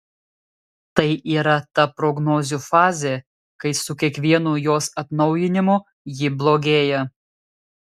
tai yra ta prognozių fazė kai su kiekvienu jos atnaujinimu ji blogėja